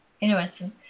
Interesting